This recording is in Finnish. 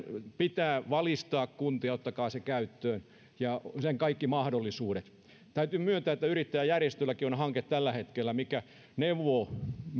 pitää valistaa kuntia ottakaa se ja sen kaikki mahdollisuudet käyttöön täytyy myöntää että yrittäjäjärjestöilläkin on tällä hetkellä hanke joka